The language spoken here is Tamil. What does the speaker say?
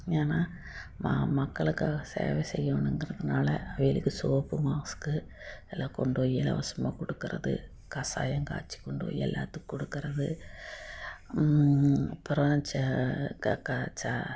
ஏன்னா மா மக்களுக்காக சேவை செய்யணுங்கறத்துனால அவங்களுக்கு சோப்பு மாஸ்க்கு எல்லாம் கொண்டு போய் இலவசமாக கொடுக்குறது கசாயம் காய்ச்சு கொண்டு போய் எல்லாத்துக்கும் கொடுக்குறது அப்புறம்